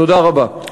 תודה רבה.